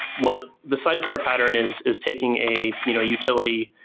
what the sidecar pattern is, is taking a you know utility,